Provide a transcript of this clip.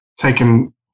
taken